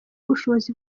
ubushobozi